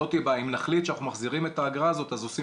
אם נחליט שאנחנו מחזירים את האגרה הזו אז עושים